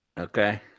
Okay